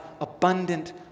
abundant